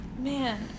man